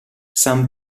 san